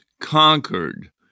conquered